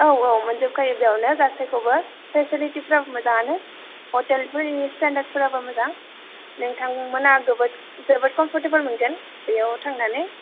औ औ मोनजोबखायो बेयावनो गासैखौबो पेसिलिथिफोराबो मोजांङानो ह'टेलफोरनि स्टेन्दारफोराबो मोजां नोंथांमोना गोबोद जोबोद खमपरटेबल मोनगोन बेयाव थांनानै